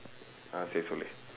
ah சரி சொல்லு:sari sollu